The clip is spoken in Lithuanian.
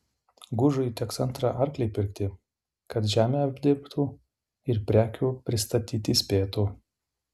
gužui teks antrą arklį pirkti kad žemę apdirbtų ir prekių pristatyti spėtų